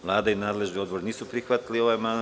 Vlada i nadležni odbor nisu prihvatili ovaj amandman.